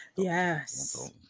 yes